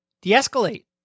de-escalate